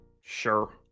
Sure